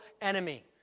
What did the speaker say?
enemy